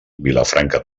vilafranca